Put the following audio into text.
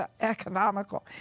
economical